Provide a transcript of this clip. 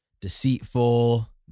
deceitful